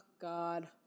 God